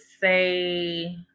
say